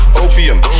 opium